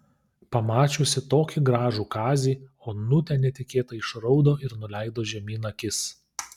pamačiusi tokį gražų kazį onutė netikėtai išraudo ir nuleido žemyn akis